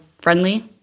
friendly